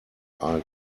are